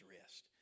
rest